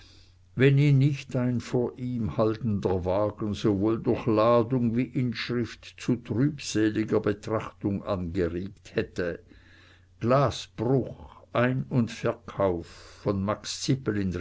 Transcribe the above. wenn ihn nicht ein vor ihm haltender wagen sowohl durch ladung wie inschrift zu trübseliger betrachtung angeregt hätte glasbruch ein und verkauf von